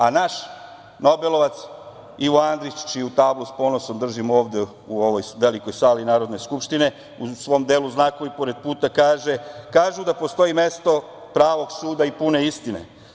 A naš nobelovac Ivo Andrić, čiju tablu s ponosom držimo ovde u ovoj velikoj sali Narodne skupštine, u svom delu "Znakovi pored puta", kaže: "Kažu da postoji mesto pravog suda i pune istine.